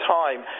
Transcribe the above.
time